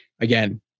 again